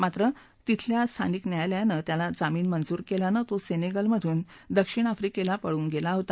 मात्र तिकडच्या स्थानिक न्यायालयानं त्याला जामीन मंजूर केल्यानं तो सेनेगलमधून दक्षिण आफ्रिकेला पळून गेला होता